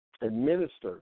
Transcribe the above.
administer –